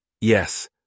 Yes